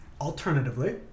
Alternatively